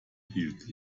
hielt